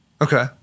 Okay